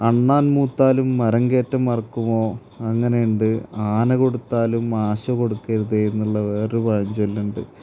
അണ്ണാൻ മൂത്താലും മരം കേറ്റം മറക്കുമോ അങ്ങനെയുണ്ട് ആന കൊടുത്താലും ആശ കൊടുക്കരുത് എന്നുള്ള വേറൊരു പഴഞ്ചൊല്ലുണ്ട്